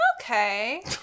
Okay